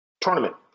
tournament